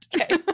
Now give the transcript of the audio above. Okay